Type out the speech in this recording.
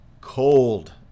cold